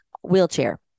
wheelchair